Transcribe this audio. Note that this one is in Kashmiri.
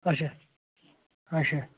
اچھا اچھا